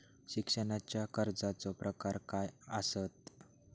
शिक्षणाच्या कर्जाचो प्रकार काय आसत?